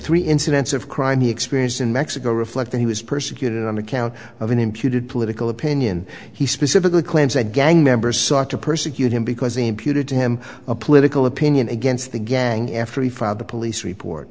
three incidents of crime the experience in mexico reflect that he was persecuted on account of an imputed political opinion he specifically claims that gang members sought to persecute him because he imputed to him a political opinion against the gang after he filed the police report